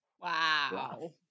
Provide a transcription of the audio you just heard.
Wow